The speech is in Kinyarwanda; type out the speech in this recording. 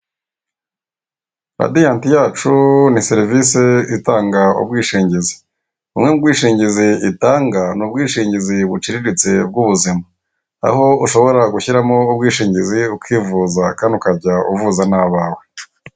Radiant yacu ni serivise itanga ubwishingizi, buno bwishingizi itanga ni ubwishingizi buciriritse bw'ubuzima, aho ushobora gushyiramo ubwishingizi ukivuza kandi ukajya uvuza n'abawe.